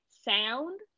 sound